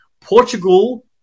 Portugal